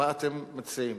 מה אתם מציעים?